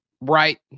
Right